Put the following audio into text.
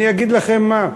אני אגיד לכם מה,